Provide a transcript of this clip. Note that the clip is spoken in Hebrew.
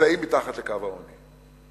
נמצאים מתחת לקו העוני.